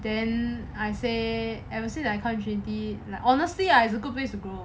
then I say I would say that I can't guarantee like honestly ah is a good place to grow